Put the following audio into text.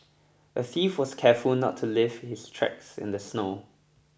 the thief was careful not to lift his tracks in the snow